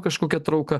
kažkokia trauka